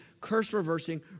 curse-reversing